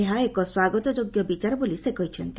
ଏହା ଏକ ସ୍ୱାଗତ ଯୋଗ୍ୟ ବିଚାର ବୋଲି ସେ କହିଛନ୍ତି